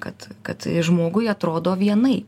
kad kad žmogui atrodo vienai